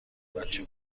بچه